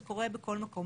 זה קורה בכל מקום,